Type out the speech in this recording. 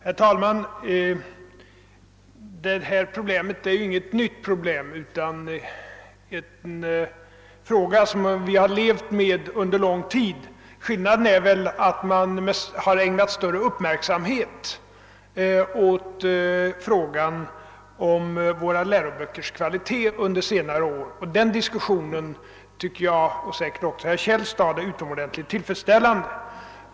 Herr talman! Detta problem är ju inte nytt, utan det är något som vi haft känning av under lång tid. Vad som inträffat är att man under senare år ägnat större uppmärksamhet åt frågan om våra läroböckers kvalitet. Denna diskussion tycker jag, liksom säkerligen också herr Källstad, är utomordentligt tillfredsställande.